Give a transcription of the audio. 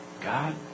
God